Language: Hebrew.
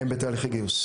הם בתהליכי גיוס.